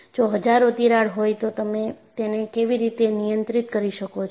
જો હજારો તિરાડ હોય તો તમે તેને કેવી રીતે નિયંત્રિત કરી શકો છો